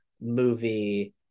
movie